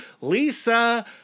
Lisa